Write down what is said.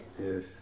Yes